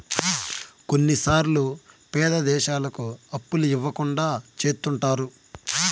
కొన్నిసార్లు పేద దేశాలకు అప్పులు ఇవ్వకుండా చెత్తుంటారు